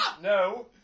No